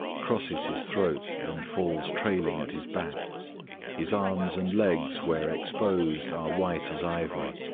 crosses his throat and falls trailing at his back his arms and legs, where exposed, are white as ivory,